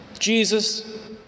Jesus